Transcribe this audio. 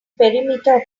perimeter